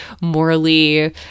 morally